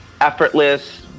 effortless